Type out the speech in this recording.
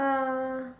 uh